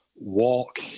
walk